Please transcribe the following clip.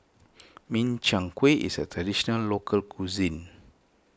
Min Chiang Kueh is a Traditional Local Cuisine